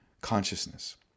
consciousness